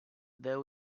there